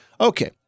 Okay